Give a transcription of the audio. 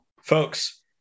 Folks